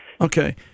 Okay